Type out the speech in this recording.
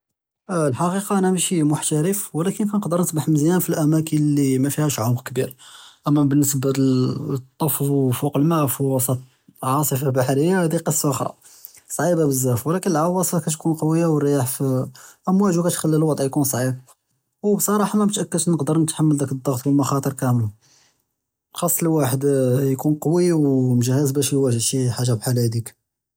אַה אַה אַנַא כַּאנְפַדֶּל תְּקוּן עַנְדִּי קֻדְרַה לְתַחְתּוֹם פַּאלְטֶקְס חִית הַדִּקּוּעַ כַּתְסַמְחְלִי נְגַ'רֶּד אֶלְג'וּ עַל חַסַב אֶלְחַאגַה נְגִיב שְׁתָא פִּאֶלְמָאַקַאן לִי מְחְתַאגָה וְלָא נְוַקְּפ אֶלְעֻ'וַאסְפ לִי כַּדְרַב אֶנַאס, אַה אֶלְתַחְתּוֹם פַּא שֶׁלֶתֶקְס כִּיְחַלִינִי נְעַוֵּן אֶלְעָלַם וְנְחֵס בֶּאלְחַיַאת דִּיַאל אֶלְנَّאס חְצוּסַן פִּי חَالַת אֶלְגִ'פַּاف וְאֶלְפִּידָ'אנַאת, אַה אֶלְקֻדְרַה אֶלְבַּדַנִּיָּה מֻهِמַּה וְלָקִין אֶלְקֻדְרַה עַל אֶלְתַחְתּוֹם פַּאלְטַבִּיעָה עַנְדְּהָ תַאֲתִיר אַכְבַּר וְאַעְמַק עַל אֶלְבִּיַא וְעַל אֶלְנَّאס קַאמְלִין.